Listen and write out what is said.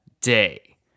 day